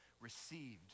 received